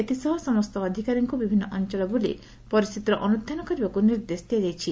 ଏଥିସହ ସମସ୍ତ ଅଧିକାରୀଙ୍କୁ ବିଭିନ୍ନ ଅଂଚଳ ବୁଲି ପରିସ୍ଚିତିର ଅନୁଧ୍ଯାନ କରିବାକୁ ନିର୍ଦ୍ଦେଶ ଦିଆଯାଇଛି